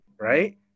right